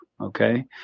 Okay